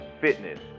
fitness